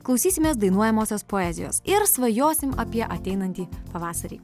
klausysimės dainuojamosios poezijos ir svajosim apie ateinantį pavasarį